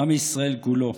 עם ישראל כולו,